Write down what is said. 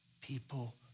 people